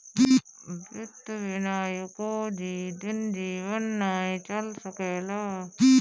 वित्त बिना एको दिन जीवन नाइ चल सकेला